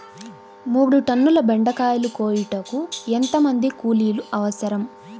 మూడు టన్నుల బెండకాయలు కోయుటకు ఎంత మంది కూలీలు అవసరం?